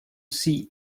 sea